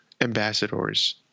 Ambassadors